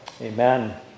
Amen